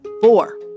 four